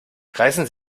reißen